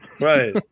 right